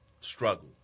struggle